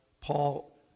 Paul